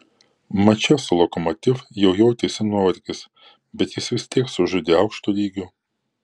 mače su lokomotiv jau jautėsi nuovargis bet jis vis tiek sužaidė aukštu lygiu